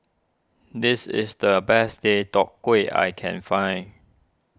this is the best Deodeok Gui I can find